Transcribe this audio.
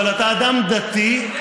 אבל אתה אדם דתי,